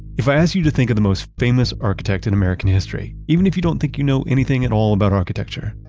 if i asked you to think of the most famous architect in american history, even if you don't think you know anything at all about architecture,